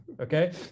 Okay